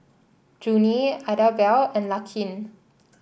Junie Idabelle and Laken